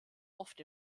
oft